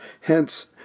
Hence